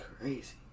crazy